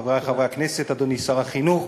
חברי חברי הכנסת, אדוני שר החינוך,